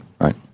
right